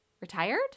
retired